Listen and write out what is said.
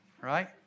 right